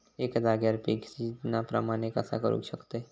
एका जाग्यार पीक सिजना प्रमाणे कसा करुक शकतय?